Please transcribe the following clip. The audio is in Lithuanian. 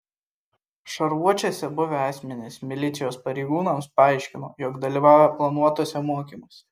šarvuočiuose buvę asmenys milicijos pareigūnams paaiškino jog dalyvauja planuotuose mokymuose